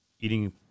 eating